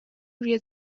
روی